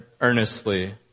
earnestly